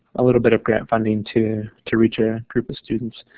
a little bit of grant funding to to reach a group of students,